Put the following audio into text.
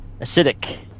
Acidic